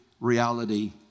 reality